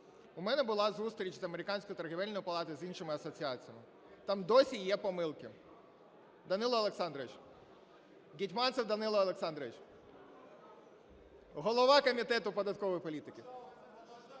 У мене була зустріч з Американською торгівельною палатою, з іншими асоціаціями, там досі є помилки. Данило Олександрович! Гетманцев Данило Олександрович, голова Комітету податкової політики!